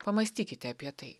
pamąstykite apie tai